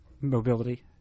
mobility